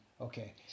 Okay